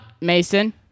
Mason